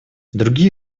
другие